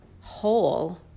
whole